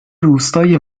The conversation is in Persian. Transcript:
روستای